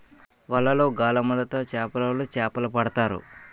వలలు, గాలములు తో చేపలోలు చేపలు పడతారు